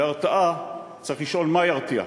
והרתעה, צריך לשאול מה ירתיע,